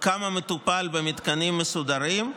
כמה מטופל במתקנים מסודרים,